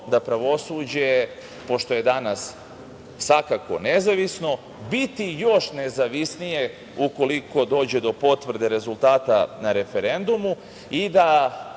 da pravosuđe, pošto je danas svakako nezavisno, bude još nezavisnije ukoliko dođe do potvrde rezultata na referendumu.